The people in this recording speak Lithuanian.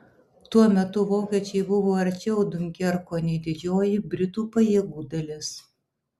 tuo metu vokiečiai buvo arčiau diunkerko nei didžioji britų pajėgų dalis